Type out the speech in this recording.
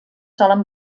solen